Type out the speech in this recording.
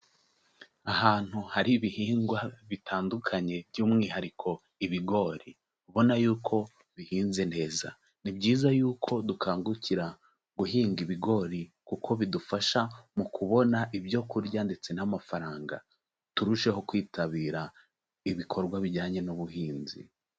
Ahantu hari ibihingwa bitandukanye by'umwihariko ibigori ubona yuko bihinze neza, ni byiza yuko dukangukira guhinga ibigori kuko bidufasha mu kubona ibyo kurya ndetse n'amafaranga, turusheho kwitabira ibikorwa bijyanye n'ubuhinzi.